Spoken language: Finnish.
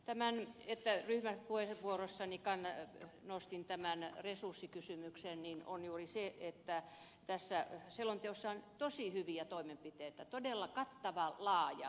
se että ryhmäpuheenvuorossani nostin esiin resurssikysymyksen on juuri siksi että tässä selonteossa on tosi hyviä toimenpiteitä se on todella kattava ja laaja